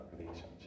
relationship